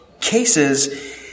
cases